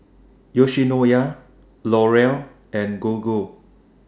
Yoshinoya L'Oreal and Gogo